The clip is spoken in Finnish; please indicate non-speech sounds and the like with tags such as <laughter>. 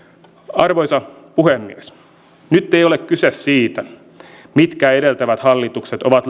arvoisa puhemies nyt ei ole kyse siitä mitkä edeltävät hallitukset ovat <unintelligible>